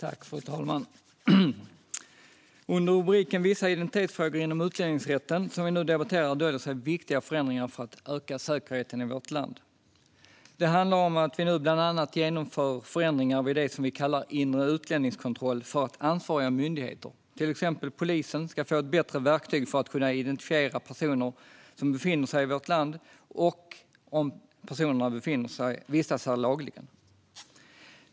Fru talman! Under rubriken Vissa identitetsfrågor inom utlänningsrätten, som vi nu debatterar, döljer sig viktiga förändringar för att öka säkerheten i vårt land. Det handlar om att vi nu bland annat genomför förändringar vid det som vi kallar inre utlänningskontroll för att ansvariga myndigheter, till exempel polisen, ska få bättre verktyg för att kunna identifiera personer som befinner sig i vårt land och se om personerna vistas här lagligen.